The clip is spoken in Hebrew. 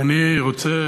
ואני רוצה,